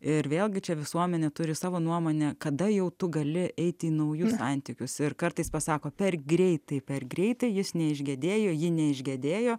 ir vėlgi čia visuomenė turi savo nuomonę kada jau tu gali eiti į naujus santykius ir kartais pasako per greitai per greitai jis neišgedėjo ji neišgedėjo